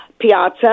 Piazza